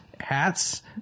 hats